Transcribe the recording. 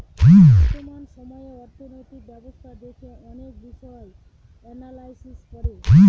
বর্তমান সময়ে অর্থনৈতিক ব্যবস্থা দেখে অনেক বিষয় এনালাইজ করে